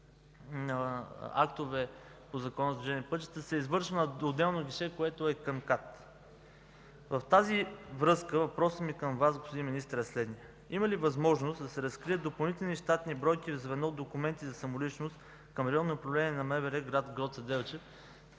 на пътищата се излъчва на отделно гише, което е към КАТ. В тази връзка въпросът ми към Вас, господин министър, е следният: има ли възможност да се разкрият допълнителни щатни бройки в звено „Документи за самоличност” към Районно управление на МВР – гр. Гоце Делчев?